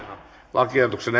lakiehdotuksen